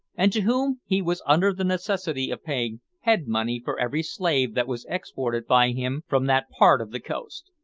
and to whom he was under the necessity of paying head-money for every slave that was exported by him from that part of the coast.